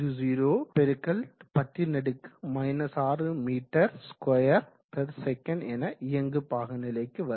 10 x 10 6மீட்டர் square per second என இயங்கு பாகுநிலைக்கு வரும்